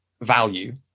value